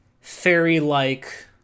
fairy-like